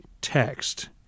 text